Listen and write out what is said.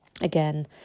again